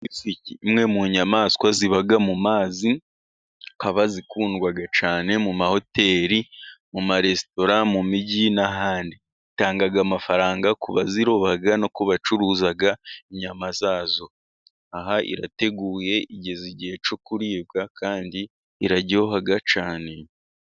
Imwe mu nyamaswa ziba mu mazi, zikaba zikundwa cyane mu mahoteli, mu maresitora, mu mijyi n'ahandi . Itanga amafaranga ku baziroba no kubacuruza inyama zazo. Aha irateguye igeza igihe cyo kuribwa kandi iraryoha cyane.